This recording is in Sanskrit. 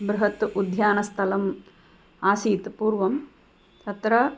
बृहत् उद्यानस्थलम् आसीत् पूर्वं तत्र